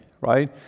right